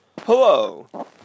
Hello